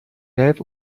left